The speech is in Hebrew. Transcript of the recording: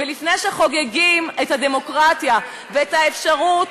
ולפני שחוגגים את הדמוקרטיה ואת האפשרות,